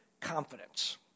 confidence